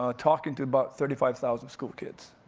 ah talking to about thirty five thousand school kids,